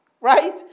right